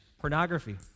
pornography